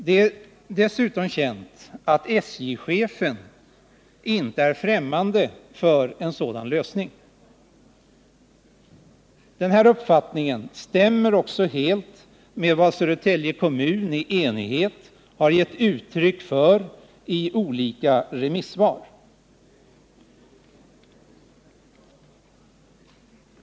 Det är dessutom känt att SJ-chefen inte är främmande för en sådan lösning. Den här uppfattningen stämmer också helt med vad Södertälje kommun i enighet gett uttryck för i olika remissvar.